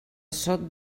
sot